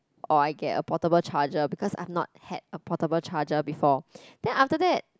or I get a portable charger because I've not had a portable charger before then after that